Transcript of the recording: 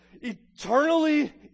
eternally